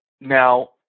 Now